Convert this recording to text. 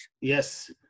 Yes